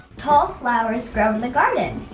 tall flowers grow in the garden.